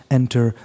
enter